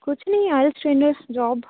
ਕੁਛ ਨਹੀਂ ਯਾਰ ਜੋਬ